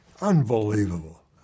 Unbelievable